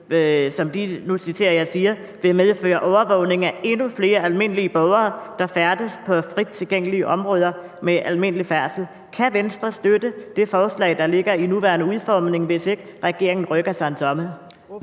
– og nu citerer jeg – »vil medføre overvågning af endnu flere almindelige borgere, der færdes på frit tilgængelige områder med almindelig færdsel«? Kan Venstre støtte det forslag, der ligger, i sin nuværende udformning, hvis ikke regeringen rykker sig en tomme?